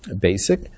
basic